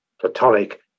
platonic